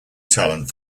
talent